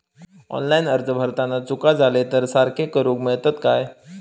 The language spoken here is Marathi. ऑनलाइन अर्ज भरताना चुका जाले तर ते सारके करुक मेळतत काय?